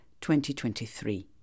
2023